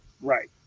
Right